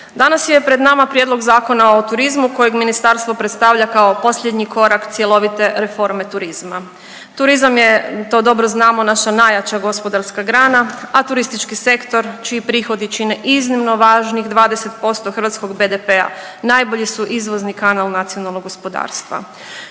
danas je pred nama Prijedlog Zakona o turizmu kojeg ministarstvo predstavlja kao posljednji korak cjelovite reforme turizma. Turizam je to dobro znamo naša najjača gospodarska grana, a turistički sektor čiji prihodi čine iznimno važnih 20% hrvatskog BDP-a najbolji su izvozni kanal nacionalnog gospodarstva.